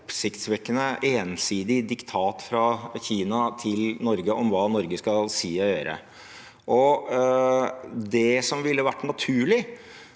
et oppsiktsvekkende ensidig diktat fra Kina til Norge om hva Norge skal si og gjøre. Det som ville vært naturlig,